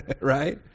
right